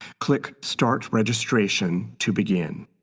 click start registration to begin.